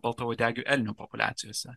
baltauodegių elnių populiacijose